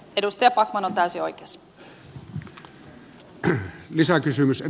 edustaja backman on täysin oikeassa